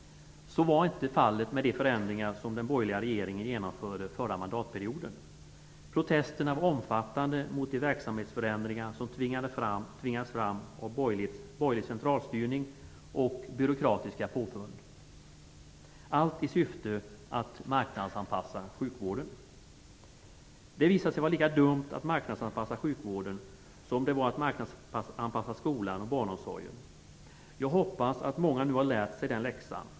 Så var inte fallet med de förändringar som den borgerliga regeringen genomförde under förra mandatperioden. Protesterna var omfattande mot de verksamhetsförändringar som tvingades fram av borgerlig centralstyrning och byråkratiska påfund, allt i syfte att marknadsanpassa sjukvården. Det visade sig vara lika dumt att marknadsanpassa sjukvården som att marknadsanpassa skolan och barnomsorgen. Jag hoppas att många nu lärt sig den läxan.